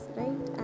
right